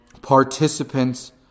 participants